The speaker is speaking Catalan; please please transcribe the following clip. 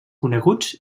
coneguts